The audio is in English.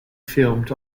filmed